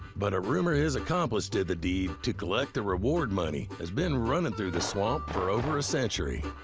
but a rumor his accomplice did the deed to collect the reward money has been running through the swamp for over a century.